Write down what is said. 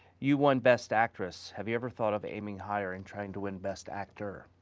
you won best actress. have you ever thought of aiming higher and trying to win best actor?